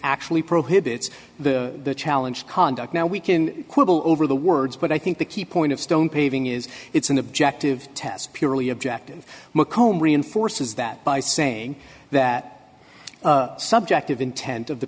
actually prohibits the challenge conduct now we can quibble over the words but i think the key point of stone paving is it's an objective test purely objective mccomb reinforces that by saying that subjective intent of the